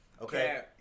Okay